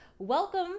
welcome